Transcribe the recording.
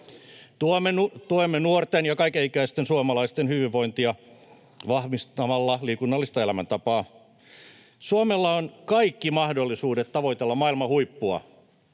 Tuemme nuorten ja kaikenikäisten suomalaisten hyvinvointia vahvistamalla liikunnallista elämäntapaa. Suomella on kaikki mahdollisuudet tavoitella maailman huippua.